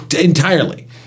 entirely